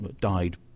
died